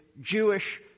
Jewish